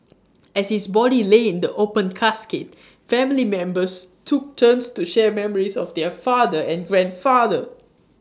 as his body lay in the open casket family members took turns to share memories of their father and grandfather